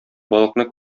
балыкны